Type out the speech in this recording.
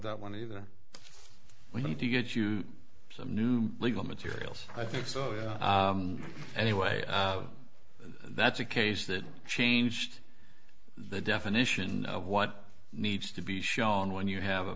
that one either we need to get you some new legal materials i think so anyway that's a case that changed the definition of what needs to be shown when you have a